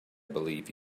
believe